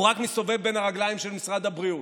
הוא רק מסתובב בין הרגליים של משרד הבריאות,